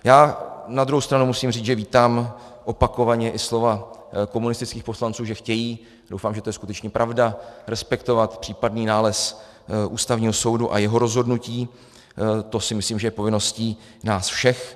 Já na druhou stranu musím říci, že vítám opakovaně i slova komunistických poslanců, že chtějí doufám, že to je skutečně pravda respektovat případný nález Ústavního soudu a jeho rozhodnutí, to si myslím, že je povinností nás všech.